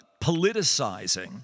politicizing